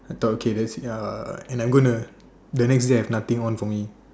I thought okay tha's it ah and I'm gonna the next day I have nothing on for me